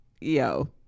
Yo